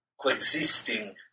coexisting